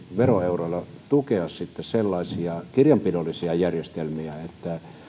veroeuroilla tukea sitten sellaisia kirjanpidollisia järjestelmiä että